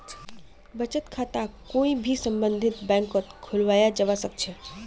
बचत खाताक कोई भी सम्बन्धित बैंकत खुलवाया जवा सक छे